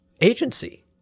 agency